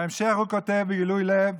בהמשך הוא כותב בגילוי לב: